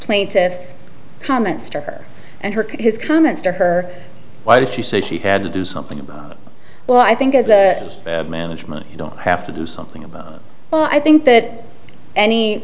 plaintiff's comments to her and her kid his comments to her why did she say she had to do something about it well i think as a management you don't have to do something about oh i think that any